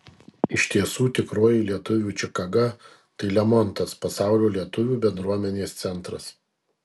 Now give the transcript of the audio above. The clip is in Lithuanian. iš tiesų tikroji lietuvių čikaga tai lemontas pasaulio lietuvių bendruomenės centras